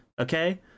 okay